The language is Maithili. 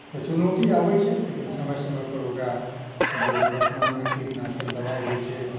तऽ चुनौती आबैत छै लेकिन समय समयपर ओकरा जे वर्तमानमे कीटनाशक दवाइ होइत छै